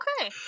Okay